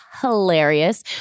hilarious